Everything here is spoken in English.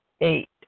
Eight